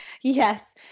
Yes